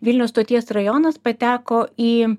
vilniaus stoties rajonas pateko į